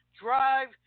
drive